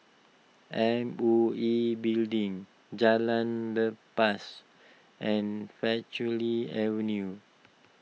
M O E Building Jalan Lepas and Avenue